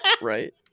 Right